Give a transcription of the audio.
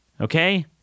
Okay